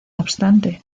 obstante